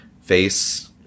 face